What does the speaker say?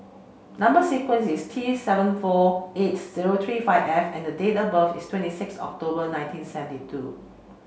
number sequence is T six seven four eight zero three five F and date of birth is twenty six October nineteen seventy two